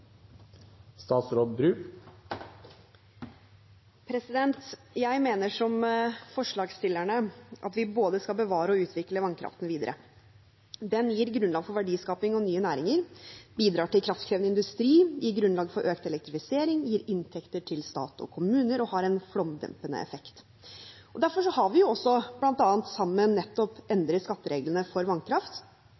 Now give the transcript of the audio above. Jeg mener, som forslagsstillerne, at vi både skal bevare og utvikle vannkraften videre. Den gir grunnlag for verdiskaping og nye næringer, bidrar til kraftkrevende industri, gir grunnlag for økt elektrifisering, gir inntekter til stat og kommuner og har en flomdempende effekt. Derfor har vi